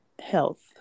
health